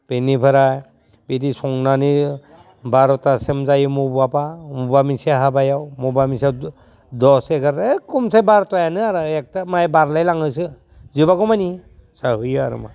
बेनिफोराय बिदि संनानै बार'थासिम जायो माब्लाबा मबा मोनसे हाबायाव मबा मोनसे दस एगार' ओइ कमसे बार'थायानो आरो एकथा माइ बारलायलाङोसो जोबागौमानि जाहोयो आरो मा